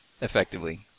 effectively